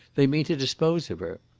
they mean to dispose of her.